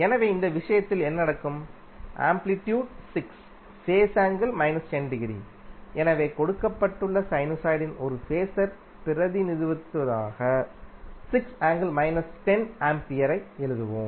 எனவே இந்த விஷயத்தில் என்ன நடக்கும் amplitude 6 phase angle minus 10 degree எனவேகொடுக்கப்பட்ட சைனுசாய்டின் ஒரு ஃபேஸர் பிரதிநிதித்துவமாக ஆம்பியரை எழுதுவோம்